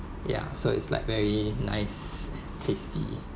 ya so it's like very nice tasty